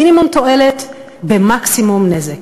מינימום תועלת במקסימום נזק.